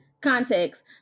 context